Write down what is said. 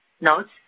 notes